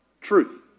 truth